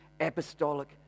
apostolic